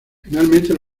finalmente